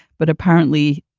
but apparently,